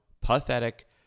pathetic